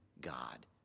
God